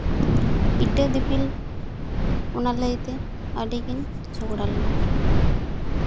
ᱤᱴᱟᱹ ᱫᱤᱯᱤᱞ ᱚᱱᱟ ᱞᱟᱹᱭᱛᱮ ᱟᱹᱰᱤ ᱠᱤᱱ ᱡᱷᱚᱜᱽᱲᱟ ᱞᱮᱱᱟ